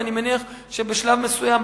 ואני מניח שבשלב מסוים,